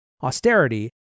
austerity